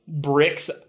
bricks